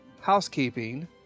housekeeping –